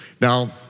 Now